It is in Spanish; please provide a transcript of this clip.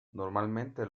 normalmente